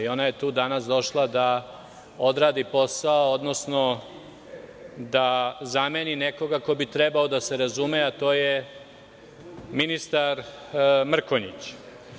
Ona je tu danas došla da odradi posao, odnosno da zameni nekoga ko bi trebao da se razume, a to je ministar Mrkonjić.